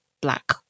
black